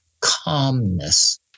calmness